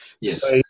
yes